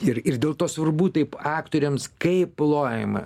ir ir dėl to svarbu taip aktoriams kaip plojama